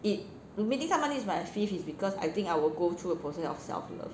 it meeting someone new is my fifth is because I think I will go through a process of self love